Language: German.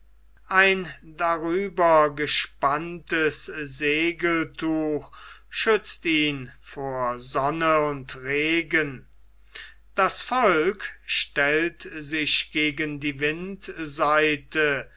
ein darüber gespanntes segeltuch schützt ihn vor sonne und regen das volk stellt sich gegen die